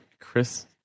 Chris